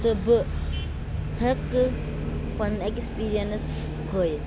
تہٕ بہٕ ہیٚکہٕ پنٕنۍ ایٚکِسپیٖریَنٕس ہٲیِتھ